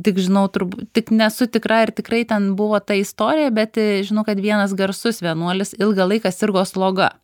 tik žinau turbūt tik nesu tikra ar tikrai ten buvo ta istorija bet žinau kad vienas garsus vienuolis ilgą laiką sirgo sloga